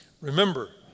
Remember